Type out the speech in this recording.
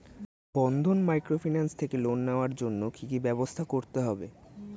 বন্ধন microfinance থেকে loan নেওয়ার জন্য কি কি ব্যবস্থা করতে হবে?